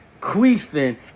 queefing